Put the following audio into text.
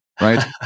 right